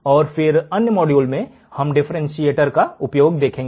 और फिर एक अन्य मॉड्यूल में हम एक डिफरेंसीएटर के उपयोग को देखेंगे